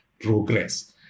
progress